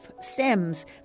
stems